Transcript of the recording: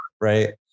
right